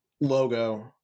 logo